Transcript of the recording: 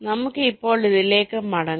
നമുക്ക് ഇപ്പോൾ ഇതിലേക്ക് മടങ്ങാം